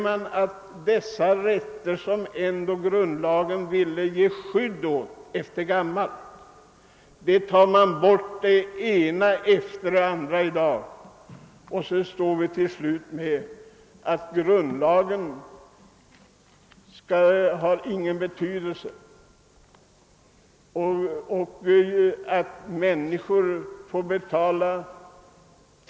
Man berövar i dag den ena människan efter den andra henne tillkommande rätt. Till slut har våra grundlagar ingen betydelse. Av 18700 kr.